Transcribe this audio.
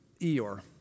Eeyore